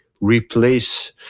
replace